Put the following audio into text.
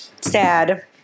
Sad